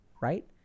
right